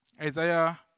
Isaiah